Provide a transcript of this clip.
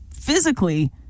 physically